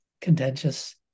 contentious